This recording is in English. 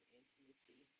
intimacy